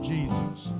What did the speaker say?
Jesus